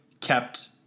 kept